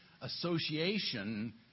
association